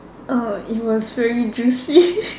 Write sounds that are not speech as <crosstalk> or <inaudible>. oh it was very juicy <laughs>